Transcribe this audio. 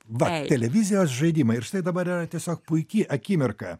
va televizijos žaidimai ir štai dabar yra tiesiog puiki akimirka